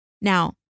Now